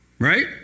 Right